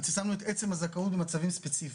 עד ששמנו את עצם הזכאות במצבים ספציפיים.